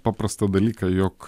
paprastą dalyką jog